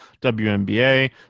WNBA